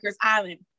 Island